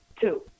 two